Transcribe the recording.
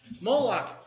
Moloch